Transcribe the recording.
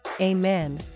Amen